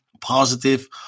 positive